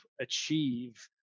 achieve